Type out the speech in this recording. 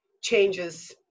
changes